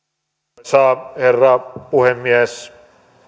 arvoisa herra puhemies